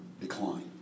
decline